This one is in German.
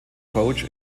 coach